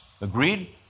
Agreed